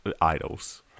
idols